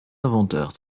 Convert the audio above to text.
inventeur